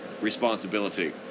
responsibility